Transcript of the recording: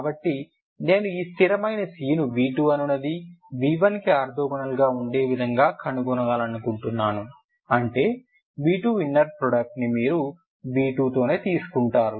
కాబట్టి నేను ఈ స్థిరమైన c ని v2 అనునది v1 కి ఆర్తోగోనల్గా ఉండే విధంగా కనుగొనాలనుకుంటున్నాను అంటే v2 ఇన్నర్ ప్రోడక్ట్ ని మీరు v2 తోనే తీసుకుంటారు